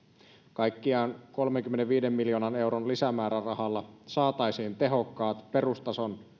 kaikkiaan kolmenkymmenenviiden miljoonan euron lisämäärärahalla saataisiin tehokkaat perustason